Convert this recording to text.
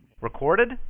Recorded